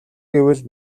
гэвэл